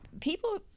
people